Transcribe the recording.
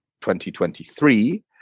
2023